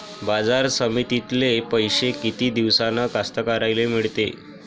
बाजार समितीतले पैशे किती दिवसानं कास्तकाराइले मिळते?